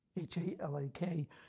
H-A-L-A-K